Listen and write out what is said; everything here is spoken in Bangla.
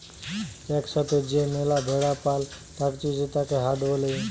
এক সাথে যে ম্যালা ভেড়ার পাল থাকতিছে তাকে হার্ড বলে